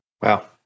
Wow